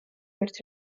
ერთ